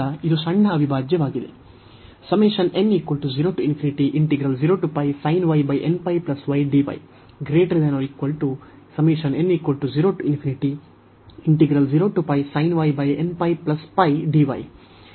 nπ π ಆದ್ದರಿಂದ ಇದು ಸಣ್ಣ ಅವಿಭಾಜ್ಯವಾಗಿದೆ